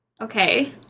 Okay